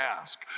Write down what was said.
ask